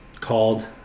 called